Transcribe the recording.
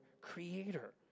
creator